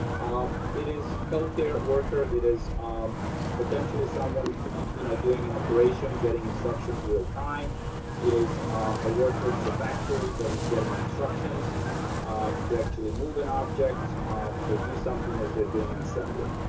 um it is healthcare worker, it is um potentially someone you know, doing an operation getting instructions real time is a worker in the factory that is getting instructions um to actually move an object or do something as they're doing an assembly.